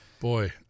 Boy